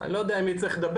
אני לא יודע עם מי צריך לדבר,